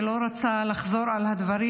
ואני לא רוצה לחזור על הדברים,